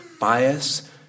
bias